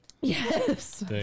Yes